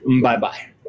Bye-bye